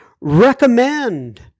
recommend